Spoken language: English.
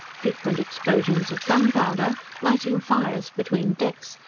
frequent explosions of gunpowder, lighting fires between decks,